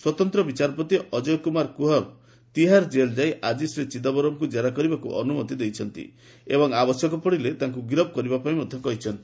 ସ୍ୱତନ୍ତ୍ର ବିଚାରପତି ଅଜୟ କୁମାର କୁହର ତିହାର କେଲ୍ ଯାଇ ଆଜି ଶ୍ରୀ ଚିଦମ୍ବରମ୍ଙ୍କୁ ଜେରା କରିବାକୁ ଅନୁମତି ଦେଇଛନ୍ତି ଏବଂ ଆବଶ୍ୟକ ପଡ଼ିଲେ ତାଙ୍କୁ ଗିରଫ୍ କରିବା ପାଇଁ ମଧ୍ୟ କହିଛନ୍ତି